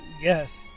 yes